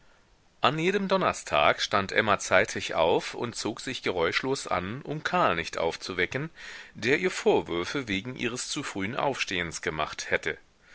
an jedem donnerstag stand emma zeitig auf und zog sich geräuschlos an um karl nicht aufzuwecken der ihr vorwürfe wegen ihres zu frühen aufstehens gemacht hätte